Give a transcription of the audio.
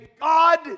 God